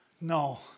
No